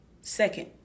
Second